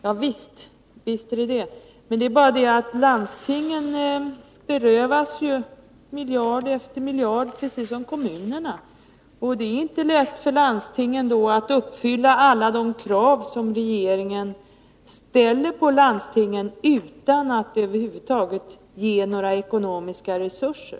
Javisst, men det är bara det att landstingen berövas miljard efter miljard, precis som kommunerna. Och då är det inte lätt för landstingen att uppfylla alla de krav som regeringen ställer på landstingen utan att över huvud taget ge några ekonomiska resurser,